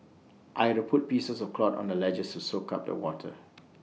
I had to put pieces of cloth on the ledges to soak up the water